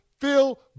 Phil